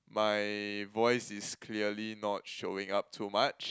my voice is clearly not showing up too much